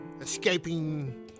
escaping